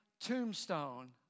tombstone